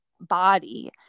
body